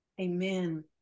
Amen